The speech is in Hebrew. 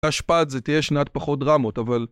תשפ"ד זה תהיה שנת פחות דרמות אבל